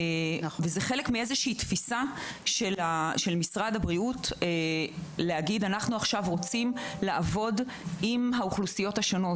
מדובר בתפיסה של משרד הבריאות שרוצה לעבוד עם האוכלוסיות השונות.